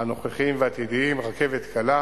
הנוכחיים והעתידיים, רכבת קלה